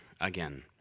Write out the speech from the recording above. again